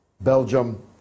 Belgium